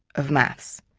of maths.